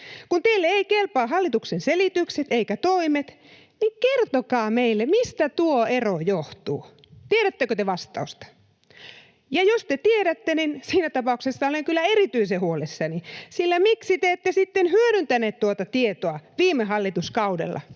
Kun teille ei kelpaa hallituksen selitykset eivätkä toimet, niin kertokaa meille, mistä tuo ero johtuu. Tiedättekö te vastausta? Ja jos te tiedätte, siinä tapauksessa olen kyllä erityisen huolissani, sillä miksi te ette sitten hyödyntäneet tuota tietoa viime hallituskaudella.